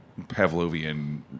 Pavlovian